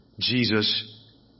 Jesus